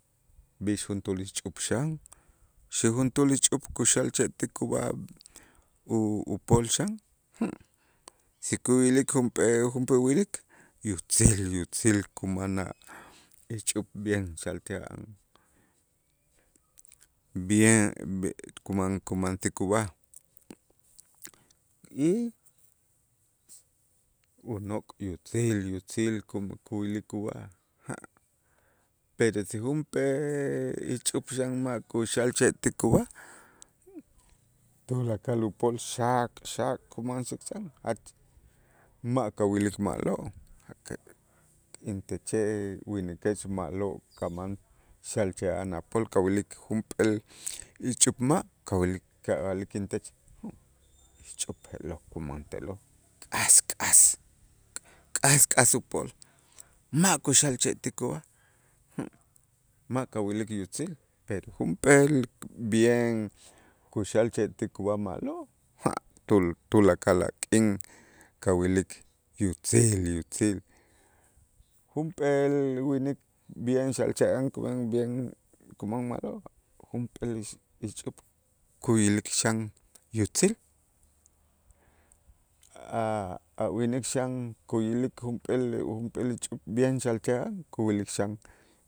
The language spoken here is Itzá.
B'ix juntuul ixch'up xan si juntuul ixch'up kuxalche' ti kub'aj u- upol xan si kuyilik junp'ee- junp'ee wilik yutzil, yutzil kuman a' ixch'up bien bien kuman kumansik ub'aj y unok' yutzil, yutzil kuy- kuyilik ub'aj, pero si junp'ee ixch'up xan ma' kuxalche' ti kub'aj tulakal upol xak, xak kuman ma' kawilik ma'lo' intechej winikech ma'lo' kaman xalche' an a' pol kawilik junp'eel ixch'up ma' kawilik ka' a'lik intech ixch'up je'lo' kuman te'lo' k'as k'as, k'as k'as upol ma' kuxalche' ti kub'aj ma' kawilik yutzil, pero junp'eel bien kuxalche' ti kub'aj ma'lo', tulakal a' k'in kawilik yutzil, yutzil junp'eel winik bien xalche' kub'en bien kuman ma'lo', junp'eel ixch'up kuyilik xan yutzil, a' winik xan kuyilik junp'eel, junp'eel ixch'up bien xalche' a' kuyilik xan.